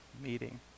meeting